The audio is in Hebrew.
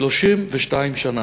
32 שנה.